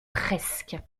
presque